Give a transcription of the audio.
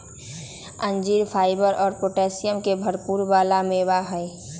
अंजीर फाइबर और पोटैशियम के भरपुर वाला मेवा हई